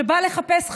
שבא לחפש חברים,